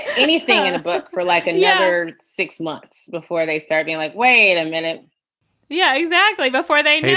anything in a book for like another six months before they start being like, wait a minute yeah. exactly before they do,